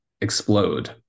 explode